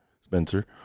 Spencer